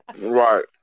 Right